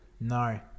no